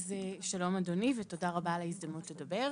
שלום, אדוני, ותודה רבה על ההזדמנות לדבר.